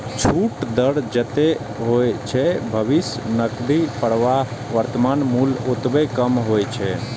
छूटक दर जतेक होइ छै, भविष्यक नकदी प्रवाहक वर्तमान मूल्य ओतबे कम होइ छै